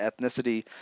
ethnicity